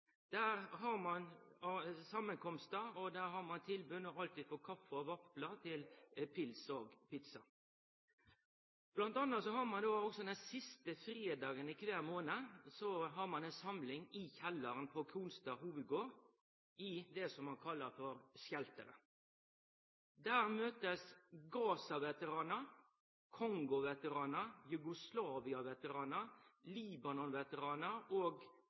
Der har ein tilstellingar der ein har tilbod om alt frå kaffi og vaflar til pils og pizza. Blant anna har ein den siste fredagen i kvar månad ei samling i kjellaren på Kronstad Hovedgård i det dei kallar Shelteret. Der møtest Gaza-veteranar, Kongo-veteranar, Jugoslavia-veteranar, Libanon-veteranar og Afghanistan-veteranar og også veteranar frå andre operasjonar i ein uformell setting. Der kan veteranar